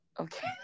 Okay